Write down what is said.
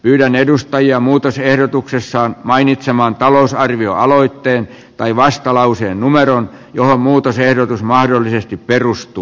pyydän edustajia muutosehdotuksessaan mainitsemaan talousarvioaloitteen tai vastalauseen numeron johon muutosehdotus mahdollisesti perustuu